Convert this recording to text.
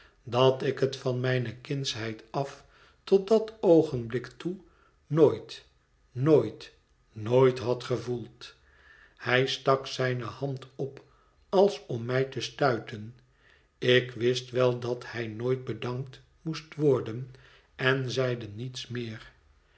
dat ik het van mijne kindsheid af tot dat oogenblik toe nooit nooit nooit had gevoeld hij stak zijne hand op als om mij te stuiten ik wist wel dat hij nooit bedankt moest worden en zeide niets meer